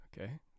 Okay